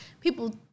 people